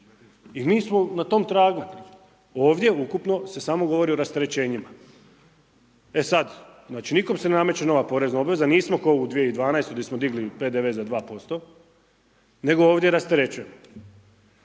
I mi smo na tom tragu. Ovdje ukupno se samo govori o rasterećenjima. E sad, znači nikom se ne nameće nova porezna obveza, nismo kao u 2012. gdje smo digli PDV za 2%, nego ovdje rasterećujemo.